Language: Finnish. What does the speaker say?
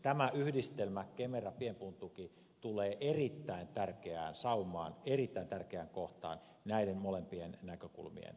tämä yhdistelmä kemera ja pienpuun tuki tulee erittäin tärkeään saumaan erittäin tärkeään kohtaan näiden molempien näkökulmien osalta